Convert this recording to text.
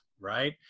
right